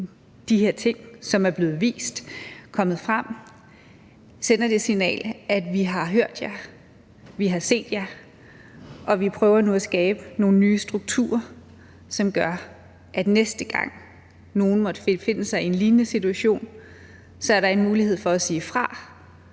de her ting, som er blevet vist, er kommet frem, at vi har hørt jer, vi har set jer, og vi prøver nu at skabe nogle nye strukturer, som gør, at der, næste gang nogen måtte befinde sig i en lignende situation, er en mulighed for at sige fra,